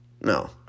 no